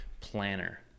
planner